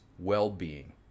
well-being